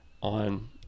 on